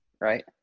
right